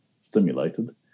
stimulated